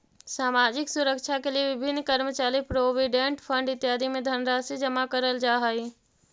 सामाजिक सुरक्षा के लिए विभिन्न कर्मचारी प्रोविडेंट फंड इत्यादि में धनराशि जमा करल जा हई